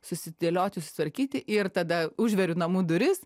susidėlioti susitvarkyti ir tada užveriu namų duris